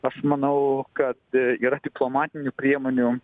aš manau kad yra diplomatinių priemonių